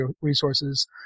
resources